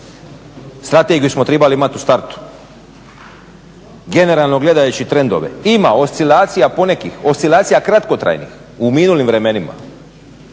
Strategiju smo tribali imati u startu. Generalno gledajući trendove ima oscilacija ponekih, oscilacija kratkotrajnih u minulim vremenima,